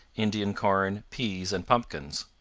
indian corn, peas, and pumpkins.